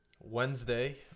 Wednesday